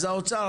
אז האוצר?